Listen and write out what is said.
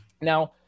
Now